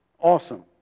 Awesome